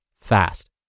fast